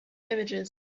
images